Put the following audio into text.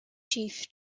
chief